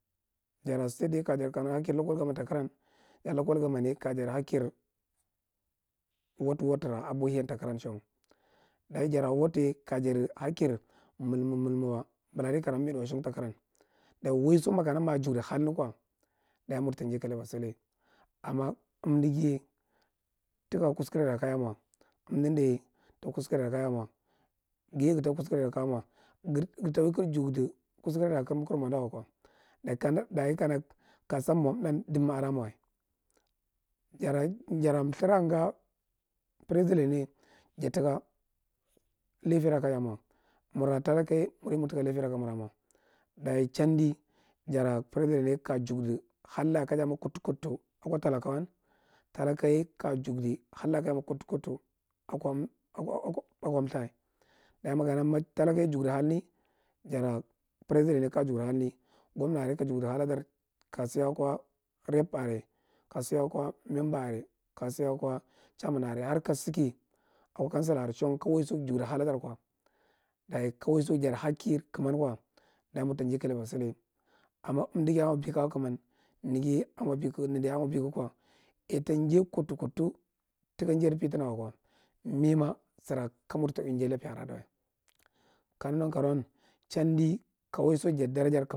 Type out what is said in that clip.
Jara state ye kaya kana hakir local gomman ta karam jara local gomman ye kanya jadi hakir ward ward ra abwahiyan ta karan shang. Dagi jara ward ye kaya jadi hakir ma’lmi’l wa baladaikara mimidu wa shang ta karan. Dayi waiso makana ja jugdi halni kwa dagi munda ujai kaleba sulai. Amma amdaga taka kuskure ra kaja mwa, amda nda ye taka kuskura ra kaja mwa, gt ye tatdka kuskyre ra ka ga mwa, gar- garta ui kaga judi kuskre ra kagara mwa ndan wakwa dayi kana ka- kasan mwa mran ada mwa. Jara jara mlthira nga president ye jataka laitira kaja mwa, murra talaka ye murtaka laifi ra kamurra. Dayi chandi jara president ye kaja jugdi hadla kudu kutu, kaja mwa ka talakawan, talaka ye kaya mwa aka- aka mltha. Dalyi makana talaka ye jugdi halni, jara presient ye ka ya jugdi hadni, gomna areye kasar jugdi haladar, ka sa akwa rep are, ka sa kwa member are, ka sa akwa chairman are, har ka saki akwa counsila are shang, ka waiso jugdi haladar kwa, dayi ka waiso jadi hakir kaman kwa, dayi murta njai kolaiba sullar amma amdagi ye a mwa bika a kaman, nago ye a mwa bika nanda ye a maja bikd kida acita rjai kutu kutu, taka njair pitona waka mima sara kamar ta ui jai lapiya adawa ka nago nankar’an chandi ka waiso jadi darajar ko…